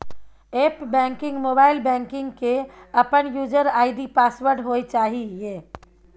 app banking, mobile banking के अपन user ID password होय चाहिए